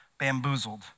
bamboozled